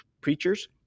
Preachers